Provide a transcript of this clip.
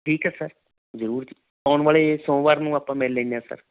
ਠੀਕ ਹੈ ਸਰ ਜ਼ਰੂਰ ਜੀ ਆਉਣ ਵਾਲੇ ਸੋਮਵਾਰ ਨੂੰ ਆਪਾਂ ਮਿਲ ਲੈਂਦੇ ਹਾਂ ਸਰ